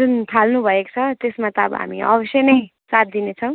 जुन थाल्नु भएको छ त्यसमा त हामी अब अवश्य नै साथ दिने छौँ